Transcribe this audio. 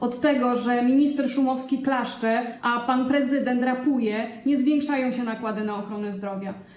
Od tego, że minister Szumowski klaszcze, a pan prezydent rapuje, nie zwiększają się nakłady na ochronę zdrowia.